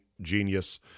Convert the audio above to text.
genius